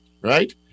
right